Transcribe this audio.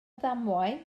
ddamwain